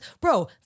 bro